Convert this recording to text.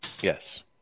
Yes